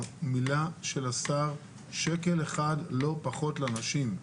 ומצטט את מילותיו של השר: שקל אחד לא פחות לנשים.